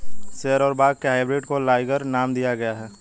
शेर और बाघ के हाइब्रिड को लाइगर नाम दिया गया है